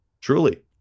Truly